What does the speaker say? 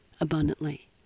abundantly